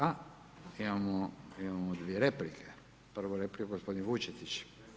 A, imamo dvije replike, prva replika gospodin Vučetić.